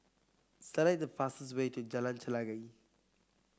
select the fastest way to Jalan Chelagi